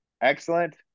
Excellent